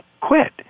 quit